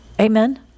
amen